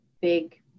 big